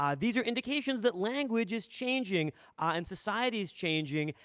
um these are indications that language is changing and society is changing,